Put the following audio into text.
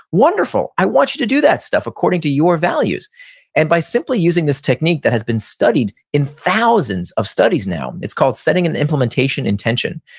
wonderful. i want you to do that stuff, according to your values and by simply using this technique that has been studied in thousands of studies now, it's called setting an implementation intention,